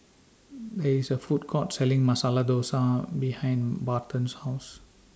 There IS A Food Court Selling Masala Dosa behind Barton's House